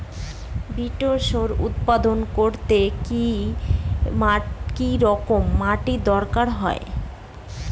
Beets উৎপাদন করতে কেরম মাটির দরকার হয়?